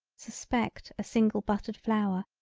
suspect a single buttered flower,